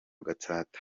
gatsata